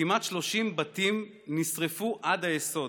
כמעט 30 בתים נשרפו עד היסוד,